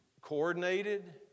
coordinated